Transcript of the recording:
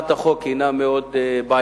הצעת החוק היא מאוד בעייתית.